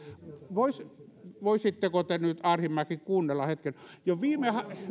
voisitteko te nyt arhinmäki kuunnella hetken jo viime